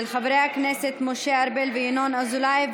של חברי הכנסת משה ארבל וינון אזולאי.